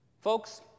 Folks